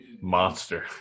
monster